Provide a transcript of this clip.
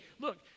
look